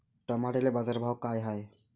टमाट्याले बाजारभाव काय हाय?